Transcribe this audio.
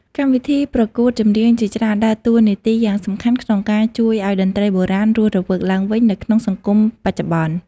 កម្មវិធីប្រកួតចម្រៀងជាច្រើនដើរតួនាទីយ៉ាងសំខាន់ក្នុងការជួយឲ្យតន្ត្រីបុរាណរស់រវើកឡើងវិញនៅក្នុងសង្គមបច្ចុប្បន្ន។